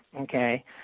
okay